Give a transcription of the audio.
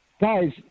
Guys